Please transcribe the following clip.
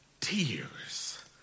tears